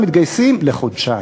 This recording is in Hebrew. כולם מתגייסים לחודשיים.